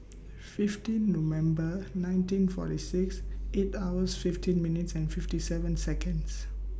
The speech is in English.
fifteen November nineteen forty six eight hours fifteen minutes and fifty seven Seconds